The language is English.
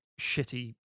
shitty